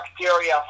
bacteria